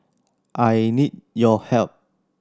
I need your help